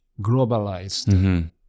globalized